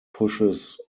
pushes